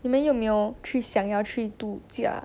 你们有没有去想要去度假